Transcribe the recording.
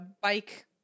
bike